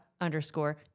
underscore